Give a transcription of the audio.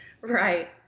right